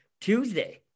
Tuesday